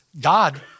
God